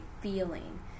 feeling